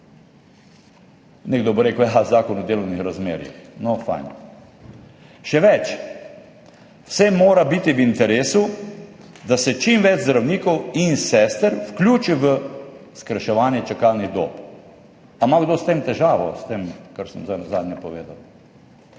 Nekdo bo rekel Zakon o delovnih razmerjih. No fajn. Še več, vsem mora biti v interesu, da se čim več zdravnikov in sester vključi v skrajševanje čakalnih dob. Ali ima kdo s tem težavo? S tem, kar sem zdaj nazadnje povedal?